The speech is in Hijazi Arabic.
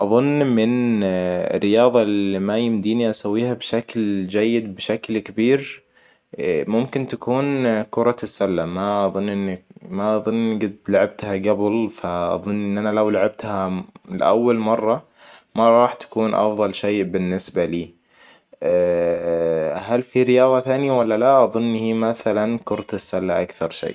اظن من رياضه اللي ما يمديني أسويها بشكل جيد بشكل كبير ممكن تكون كرة السلة ما اظن إن ما اظن قد لعبتها قبل فأظن إن انا لو لعبتها لأول مرة ما راح تكون افضل شي بالنسبة لي. هل في رياضة ثانية ولا لا؟ اظن إن هي مثلاً كرة السلة اكثر شيء